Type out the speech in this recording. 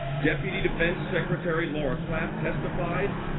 deputy defense secretary laura kraft testified